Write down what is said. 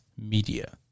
media